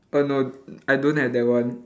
uh no I don't have that one